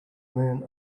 around